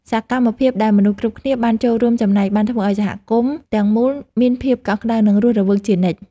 សកម្មភាពដែលមនុស្សគ្រប់គ្នាបានចូលរួមចំណែក បានធ្វើឱ្យសហគមន៍ទាំងមូលមានភាពកក់ក្ដៅ និងរស់រវើកជានិច្ច។